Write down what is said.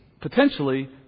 potentially